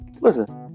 listen